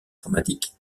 dramatique